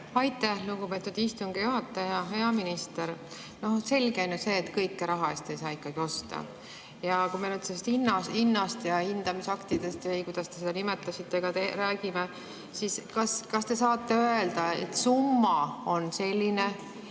Aitäh, lugupeetud istungi juhataja! Hea minister! Selge on ju see, et kõike raha eest ei saa osta. Ja kui me sellest hinnast ja hindamisaktidest, või kuidas te seda nimetasite, räägime, siis kas te saate öelda, et summa on selline,